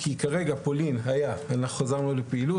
כי כרגע פולין היה אנחנו חזרנו לפעילות,